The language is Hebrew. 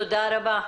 תודה רבה.